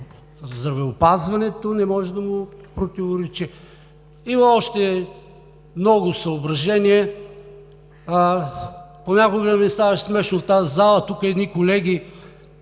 на здравеопазването, не може да му противоречи. Има още много съображения. Понякога ми ставаше смешно в тази зала – тук едни колеги,